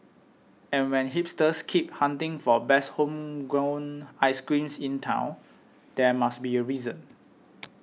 and when hipsters keep hunting for best homegrown ice creams in town there must be a reason